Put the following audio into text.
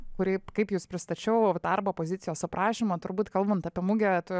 kuri kaip jūs pristačiau darbo pozicijos aprašymo turbūt kalbant apie mugę tu